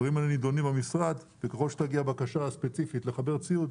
הדברים האלה נידונים במשרד וככל שתגיע בקשה ספציפית לחבר ציוד,